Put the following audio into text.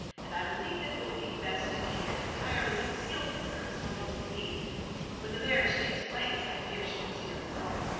and i believe it will be best to keep it entirely concealed from her as long as may be when the marriage takes place, i fear she must hear of it all.